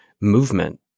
movement